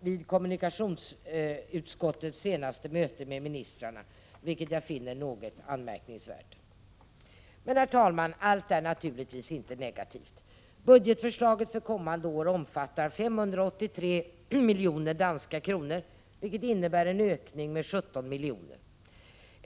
vid kommunikationsutskottets senaste möte med ministrarna, vilket jag finner något anmärkningsvärt. Herr talman! Allt är naturligtvis inte negativt. Budgetförslaget för kommande år omfattar 583 miljoner danska kronor, vilket innebär en ökning med 17 miljoner danska kronor.